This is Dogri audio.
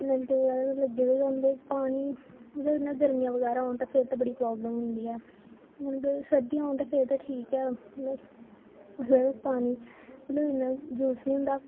नलके बगैरा ते लग्गे दे गै होंदे पानी मतलब इ'यां गर्मियां बगैरा होन ते फिर ते बड़ी प्रब्लम होंदी ऐ अगर सर्दियां होन ते फिर ते ठीक ऐ मतलब अगर पानी मतलब इन्ना यूज़ नी होंदा